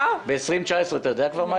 לא.